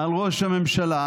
על ראש הממשלה,